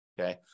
Okay